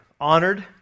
honored